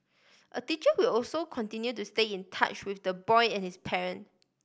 a teacher will also continue to stay in touch with the boy and his parent